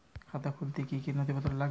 খাতা খুলতে কি কি নথিপত্র লাগবে?